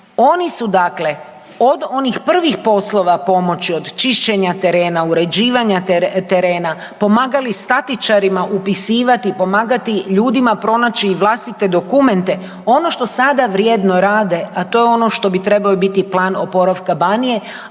oni su dakle od onih prvih poslova pomoći od čišćenja terena, uređivanja terena, pomagali statičarima upisivati i pomagati ljudima, pronaći i vlastite dokumente, ono što sada vrijedno rade, a to je ono što bi trebao biti plan oporavka Banije,